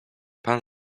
pan